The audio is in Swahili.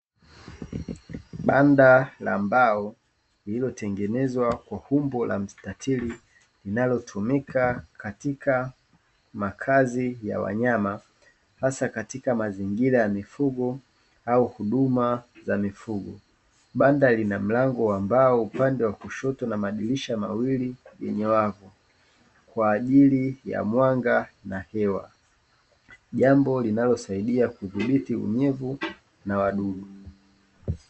Banda la mbao lililotengenezwa kwa umbo la mstatili, linalotumika katika makazi ya wanyama, hasa katika mazingira ya mifugo au huduma za mifugo, banda lina mlango wa mbao upande wa kushoto na madirisha mawili yenye wavu, kwa ajili ya mwanga na hewa, jambo linalosaidia kudhibiti unyevu na wadudu.